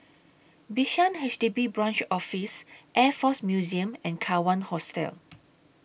Bishan H D B Branch Office Air Force Museum and Kawan Hostel